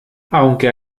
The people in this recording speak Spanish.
aunque